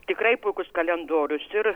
tikrai puikus kalendorius ir